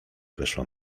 weszła